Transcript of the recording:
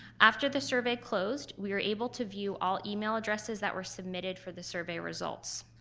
after the survey closed we were able to view all email addresses that were submitted for the survey results.